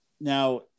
now